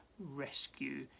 rescue